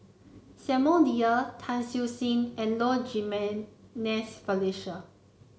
Samuel Dyer Tan Siew Sin and Low Jimenez Felicia